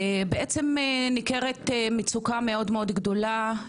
ובעצם ניכרת מצוקה מאוד מאוד גדולה,